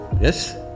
Yes